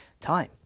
time